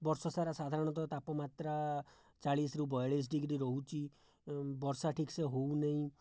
ବର୍ଷ ସାରା ସାଧାରଣତଃ ତାପମାତ୍ରା ଚାଳିଶରୁ ବୟାଲିଶ ଡିଗ୍ରୀ ରହୁଛି ବର୍ଷା ଠିକ୍ସେ ହେଉନାହିଁ